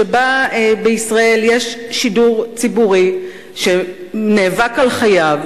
שבה בישראל יש שידור ציבורי שנאבק על חייו